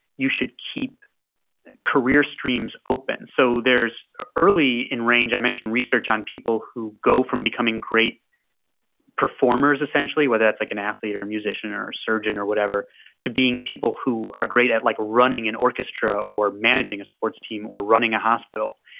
you should keep career streams open. so there's early in range i mentioned research on people who go from becoming great performers essentially, whether that's like an athlete or a musician or a surgeon or whatever to being people who are great at like running an orchestra or managing a sports team or running a hospital.